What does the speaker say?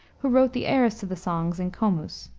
who wrote the airs to the songs in comus.